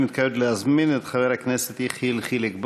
אני מתכבד להזמין את חבר הכנסת יחיאל חיליק בר.